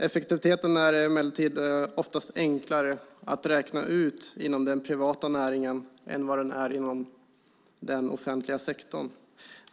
Effektiviteten är emellertid oftast enklare att räkna ut inom den privata näringen än inom den offentliga sektorn.